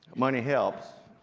money helps,